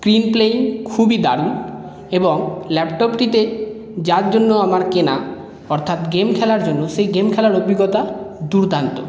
screen playing খুবই দারুন এবং ল্যাপটপটিতে যার জন্য আমার কেনা অর্থাৎ গেম খেলার জন্য সেই গেম খেলার অভিজ্ঞতা দুর্দান্ত